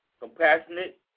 compassionate